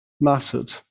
mattered